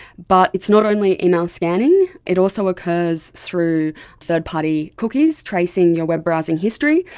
but it's not only email scanning, it also occurs through third-party cookies tracing your web browsing history,